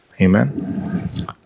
Amen